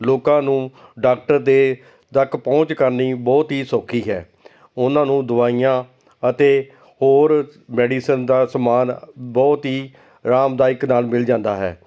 ਲੋਕਾਂ ਨੂੰ ਡਾਕਟਰ ਦੇ ਤੱਕ ਪਹੁੰਚ ਕਰਨੀ ਬਹੁਤ ਹੀ ਸੌਖੀ ਹੈ ਉਹਨਾਂ ਨੂੰ ਦਵਾਈਆਂ ਅਤੇ ਹੋਰ ਮੈਡੀਸਨ ਦਾ ਸਮਾਨ ਬਹੁਤ ਹੀ ਅਰਾਮਦਾਇਕ ਨਾਲ ਮਿਲ ਜਾਂਦਾ ਹੈ